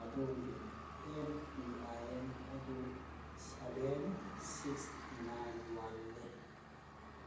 ꯑꯗꯣꯝꯒꯤ M P I N ꯑꯗꯨ seven six nine ꯋꯥꯟꯅꯤ